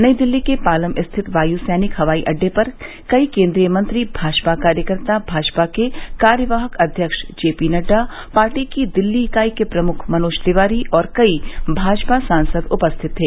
नई दिल्ली के पालम स्थित वाय सैनिक हवाई अड्डेपर कई केन्द्रीय मंत्री भाजपा कार्यकर्ता भाजपा के कार्यवाहक अध्यक्ष जे पी नड्डा पार्टी की दिल्ली इकाई के प्रमुख मनोज तिवारी और कई भाजपा सांसद उपरिथित थे